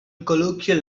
colloquial